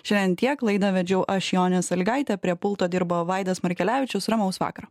šiandien tiek laidą vedžiau aš jonė salygaitė prie pulto dirbo vaidas markelevičius ramaus vakaro